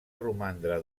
romandre